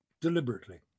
deliberately